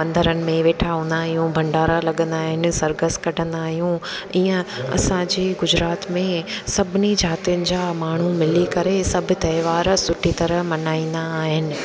मंदरनि में वेठा हूंदा आहियूं भंडारा लॻंदा आहिनि सर्कस कढंदा आहियूं इअं असांजे गुजरात में सभिनी जातियुनि जा माण्हू मिली करे सभु त्योहार सुठी तरह मल्हाईंदा आहिनि